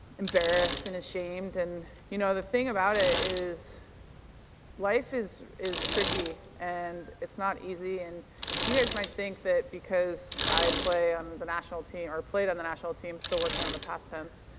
embarrassed and ashamed. and you know the thing about it is life is is tricky and it's not easy and you guys might think that because i play on the national team or played on the national team, still so working on the past tense,